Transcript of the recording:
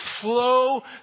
flow